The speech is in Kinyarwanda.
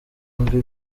bihumbi